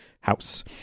house